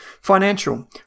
Financial